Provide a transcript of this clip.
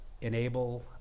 enable